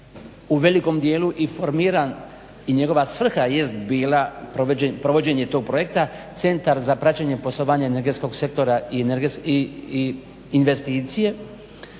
u velikom dijelu i formiran i njegova svrha jest bila provođenje tog projekta. Centar za praćenje poslovanja energetskog sektora i investicije